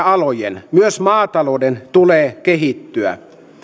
alojen myös maatalouden tulee kehittyä